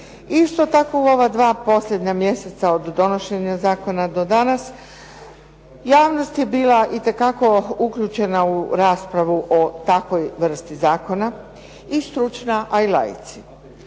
Isto tako u ova dva posljednja mjeseca od donošenja zakona do danas javnost je bila itekako uključena u raspravu o takvoj vrsti zakona, i stručna, a i laici.